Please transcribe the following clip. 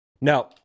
no